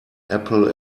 apple